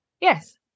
yes